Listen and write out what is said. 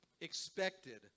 expected